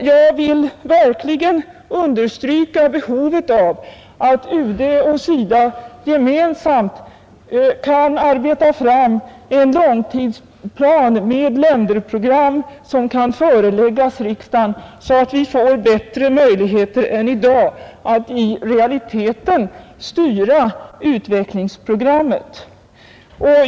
Jag vill verkligen understryka behovet av att UD och SIDA gemensamt kan arbeta fram en långtidsplan med länderprogram som kan föreläggas riksdagen, så att vi får bättre möjligheter än i dag att i realiteten styra utvecklingsprogrammet.